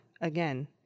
Again